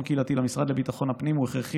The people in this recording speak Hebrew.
קהילתי למשרד לביטחון הפנים הוא הכרחי,